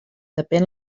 depèn